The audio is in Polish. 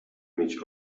mieć